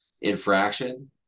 infraction